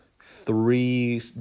three